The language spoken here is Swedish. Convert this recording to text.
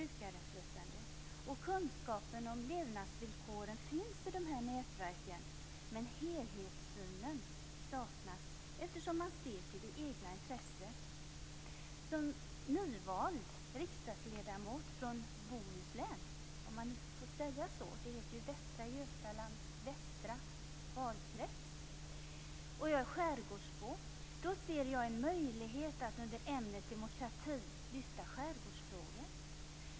I nätverken finns kunskapen om levnadsvillkoren, men helhetssynen saknas eftersom man ser enbart till det egna intresset. Som nyvald riksdagsledamot från Bohuslän, invald i Västra Götalands västra valkrets, och skärgårdsbo ser jag en möjlighet att under ämnet demokrati lyfta fram skärgårdsfrågor.